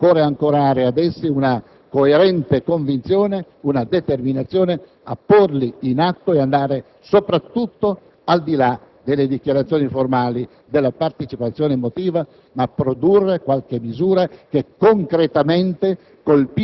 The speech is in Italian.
I riferimenti ci sono; occorre ancorare ad essi una coerente convinzione, una determinazione a porli in atto e soprattutto, al di là delle dichiarazioni formali, della partecipazione emotiva, produrre qualche misura che